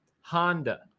Honda